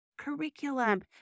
curriculum